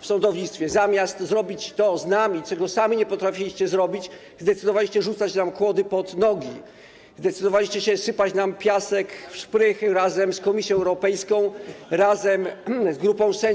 w sądownictwie, zamiast zrobić to z nami, czego sami nie potrafiliście zrobić, zdecydowaliście się rzucać nam kłody pod nogi, zdecydowaliście się sypać nam piasek w szprychy razem z Komisją Europejską, razem z grupą sędziów.